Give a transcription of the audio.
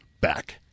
back